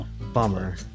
Bummer